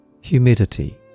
Humidity